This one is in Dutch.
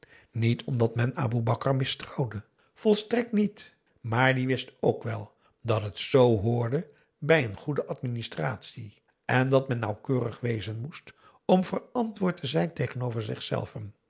niet omdat men aboe bakar mistrouwde volstrekt niet maar die wist ook wel dat het zoo hoorde bij een goede administratie en dat men nauwkeurig wezen moest om verantwoord te zijn tegenover zichzelven